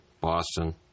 Boston